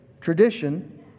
tradition